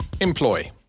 Employ